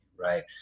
right